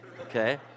okay